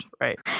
Right